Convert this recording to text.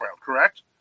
correct